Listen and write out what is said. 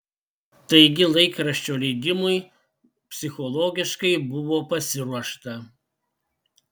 taigi laikraščio leidimui psichologiškai buvo pasiruošta